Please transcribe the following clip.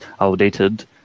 outdated